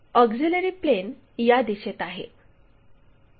auxiliary plane या दिशेत आहे